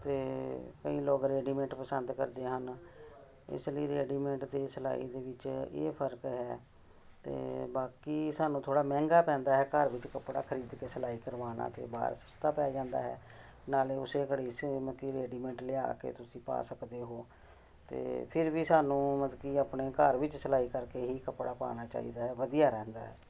ਅਤੇ ਕਈ ਲੋਕ ਰੈਡੀਮੇਟ ਪਸੰਦ ਕਰਦੇ ਹਨ ਇਸ ਲਈ ਰੈਡੀਮੇਟ ਅਤੇ ਸਿਲਾਈ ਦੇ ਵਿੱਚ ਇਹ ਫਰਕ ਹੈ ਅਤੇ ਬਾਕੀ ਸਾਨੂੰ ਥੋੜ੍ਹਾ ਮਹਿੰਗਾ ਪੈਂਦਾ ਹੈ ਘਰ ਵਿੱਚ ਕੱਪੜਾ ਖਰੀਦ ਕੇ ਸਿਲਾਈ ਕਰਵਾਉਣਾ ਅਤੇ ਬਾਹਰ ਸਸਤਾ ਪੈ ਜਾਂਦਾ ਹੈ ਨਾਲ ਉਸ ਘੜੀ ਅਸੀਂ ਮਤਲਬ ਕਿ ਰੇਡੀਮੇਟ ਲਿਆ ਕੇ ਤੁਸੀਂ ਪਾ ਸਕਦੇ ਹੋ ਅਤੇ ਫਿਰ ਵੀ ਸਾਨੂੰ ਮਤਲਬ ਕਿ ਆਪਣੇ ਘਰ ਵਿੱਚ ਸਿਲਾਈ ਕਰਕੇ ਹੀ ਕੱਪੜਾ ਪਾਉਣਾ ਚਾਹੀਦਾ ਹੈ ਵਧੀਆ ਰਹਿੰਦਾ ਹੈ